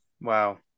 Wow